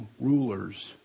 rulers